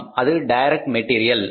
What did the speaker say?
ஆம் அது direct material